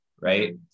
right